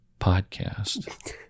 podcast